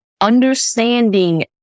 understanding